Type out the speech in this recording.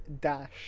dash